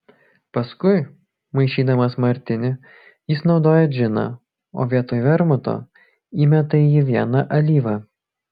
paskui maišydamas martinį jis naudoja džiną o vietoj vermuto įmeta į jį vieną alyvą